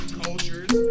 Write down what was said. cultures